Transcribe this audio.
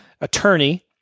attorney